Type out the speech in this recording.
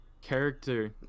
character